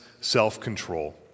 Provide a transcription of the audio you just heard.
self-control